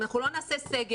אם אנחנו לא נעשה סגר,